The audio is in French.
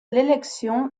l’élection